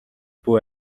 бүү